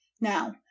Now